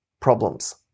problems